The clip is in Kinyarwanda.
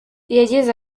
yagize